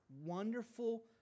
wonderful